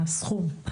הסכום?